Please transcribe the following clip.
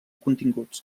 continguts